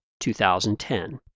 2010